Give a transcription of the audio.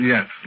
Yes